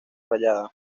rayada